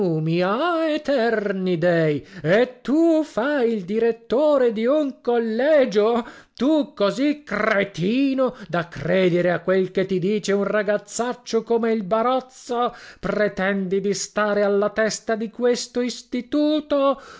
ah eterni dèi e tu fai il direttore di un collegio tu così cretino da credere a quel che ti dice un ragazzaccio come il barozzo pretendi di stare alla testa di questo istituto